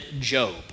Job